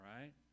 right